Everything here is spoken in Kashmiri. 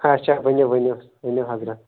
اچھا ؤنِو ؤنِو ؤنِو حضرت